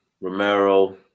Romero